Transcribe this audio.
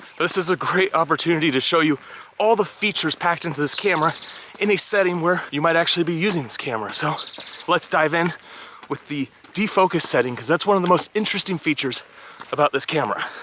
this is a great opportunity to show you all the features packed into this camera in a setting where you might actually be using this camera. so let's dive in with the defocus setting cause that's one of the most interesting features about this camera.